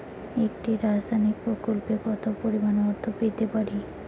একটি সামাজিক প্রকল্পে কতো পরিমাণ অর্থ পেতে পারি?